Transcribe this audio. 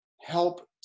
help